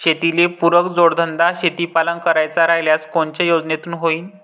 शेतीले पुरक जोडधंदा शेळीपालन करायचा राह्यल्यास कोनच्या योजनेतून होईन?